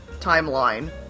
timeline